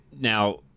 Now